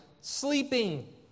sleeping